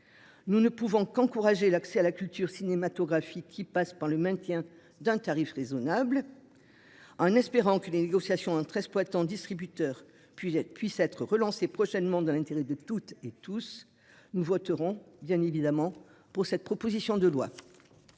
Nous ne pouvons qu'encourager l'accès à la culture cinématographique qui passe par le maintien d'un tarif raisonnable. En espérant que les négociations hein très exploitant distributeur puis être puissent être relancé prochainement dans l'intérêt de toutes et tous, nous voterons bien évidemment pour cette proposition de loi.